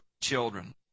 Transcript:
children